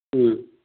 ꯎꯝ